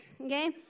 okay